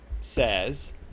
says –